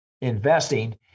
investing